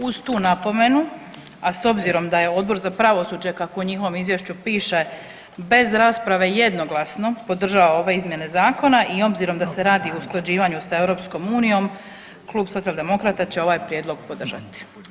Uz tu napomenu, a s obzirom da je Odbor za pravosuđe kako u njihovom izvješću piše bez rasprave jednoglasno podržao ove izmjene zakona i obzirom da se radi o usklađivanju sa EU klub Socijaldemokrata će ovaj prijedlog podržati.